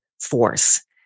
force